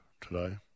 today